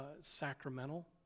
sacramental